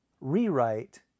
rewrite